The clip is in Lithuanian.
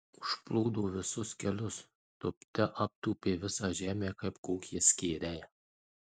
užplūdo visus kelius tūpte aptūpė visą žemę kaip kokie skėriai